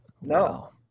No